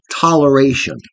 toleration